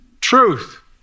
truth